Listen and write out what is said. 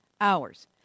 hours